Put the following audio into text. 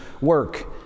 work